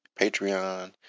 Patreon